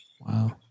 Wow